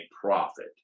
profit